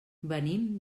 venim